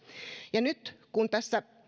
ja nyt kun tässä